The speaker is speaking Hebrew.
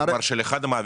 זאת אומרת של אחד המעבידים,